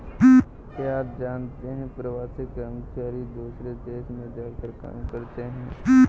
क्या आप जानते है प्रवासी कर्मचारी दूसरे देश में जाकर काम करते है?